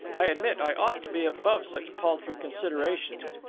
i admit i ought to be above such paltry considerations,